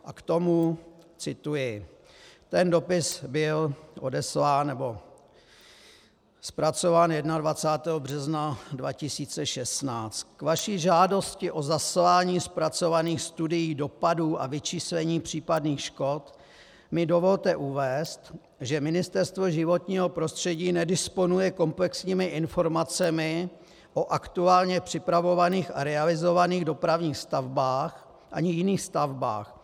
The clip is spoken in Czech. A k tomu cituji ten dopis byl odeslán nebo zpracován 21. března 2016: K vaší žádosti o zaslání zpracovaných studií dopadů a vyčíslení případných škod mi dovolte uvést, že Ministerstvo životního prostředí nedisponuje komplexními informacemi o aktuálně připravovaných a realizovaných dopravních stavbách ani jiných stavbách.